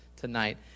tonight